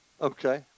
Okay